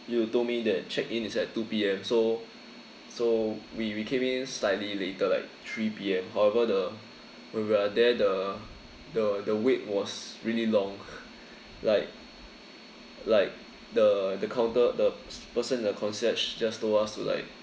you told me that check in is at two P_M so so we we came in slightly later like three P_M however the when we are there the the the wait was really long like like the the counter the person in the concierge just told us to like